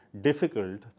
difficult